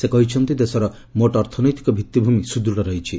ସେ କହିଛନ୍ତି ଦେଶର ମୋଟ ଅର୍ଥନୈତିକ ଭିତ୍ତିଭୂମି ସୁଦୃଢ଼ ରହିଛି